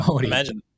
Imagine